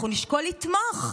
אנחנו נשקול לתמוך.